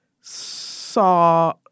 saw